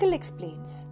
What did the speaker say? explains